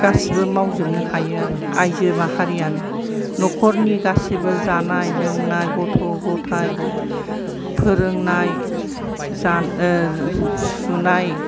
गासैबो मावजोबनो हायो आरो आयजो माहारियानो नखरनि गासैबो जानाय लोंनाय गथ' गथाय फोरोंनाय जा सुनाय